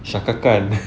shankar khan